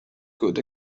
could